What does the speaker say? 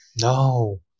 No